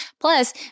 Plus